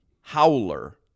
Howler